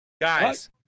guys